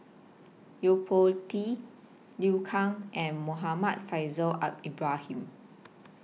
Yo Po Tee Liu Kang and Muhammad Faishal Ibrahim